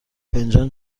فنجان